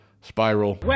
Spiral